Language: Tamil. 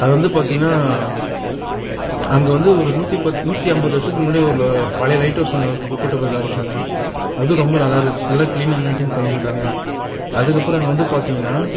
அதில் வந்து பார்த்தீங்னா அங்கே வந்து ஒரு நூற்றி பத் நூற்றி ஐம்பது வருஷத்துக்கு முன்னாடி உள்ள ஒரு பழைய லைட்டு ஹவுஸ் ஒன்று கூட்டிகிட்டு போய் காமித்தாங்க அதுவும் ரொம்ப நல்லா இருந்துச்சு நல்லா கிளீனாக மெயின்டைன் பண்ணியிருக்காங்க அதுக்கு அப்புறம் அங்கே வந்து பார்த்திங்கன்னா